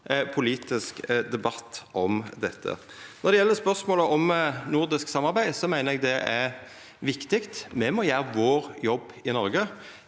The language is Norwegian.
politisk debatt om dette. Når det gjeld spørsmålet om nordisk samarbeid, meiner eg det er viktig. Me må gjera vår jobb i Noreg.